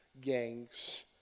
gangs